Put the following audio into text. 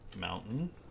Mountain